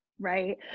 Right